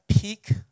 peak